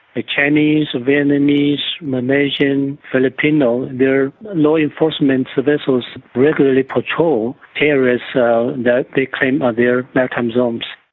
the chinese, vietnamese, malaysian, filipino, their law enforcement vessels regularly patrol areas so that they claim are their maritime zones.